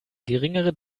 geringere